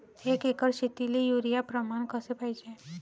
एक एकर शेतीले युरिया प्रमान कसे पाहिजे?